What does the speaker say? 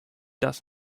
does